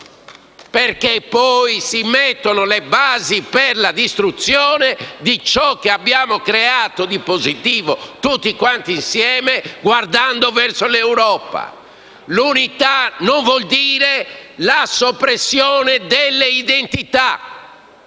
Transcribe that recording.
per mettere le basi per la distruzione di ciò che abbiamo creato di positivo tutti insieme guardando verso l'Europa. L'unità non vuol dire la soppressione delle identità;